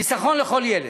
"חיסכון לכל ילד"